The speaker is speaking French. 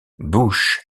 bouche